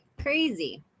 crazy